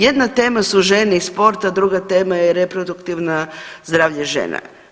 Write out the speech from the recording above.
Jedna tema su žene i sport, a druga tema je reproduktivno zdravlje žena.